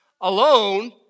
alone